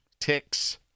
ticks